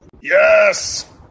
Yes